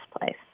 place